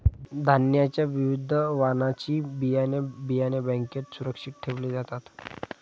धान्याच्या विविध वाणाची बियाणे, बियाणे बँकेत सुरक्षित ठेवले जातात